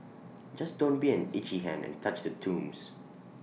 just don't be an itchy hand and touch the tombs